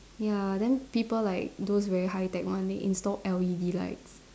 ya then people like those very high tech one they install L_E_D lights